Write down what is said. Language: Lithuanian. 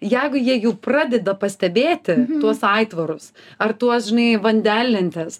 jeigu jie jau pradeda pastebėti tuos aitvarus ar tuos žinai vandenlentes